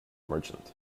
merchant